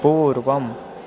पूर्वम्